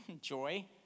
joy